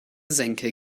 senke